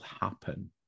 happen